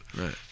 Right